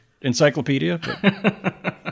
encyclopedia